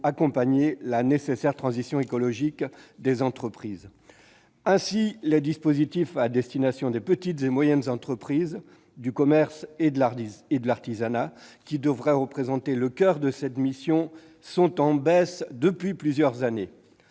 accompagner la nécessaire transition écologique des entreprises. Ainsi, les dispositifs à destination des petites et moyennes entreprises, du commerce et de l'artisanat, qui devraient représenter le coeur de cette mission, sont en diminution depuis plusieurs années.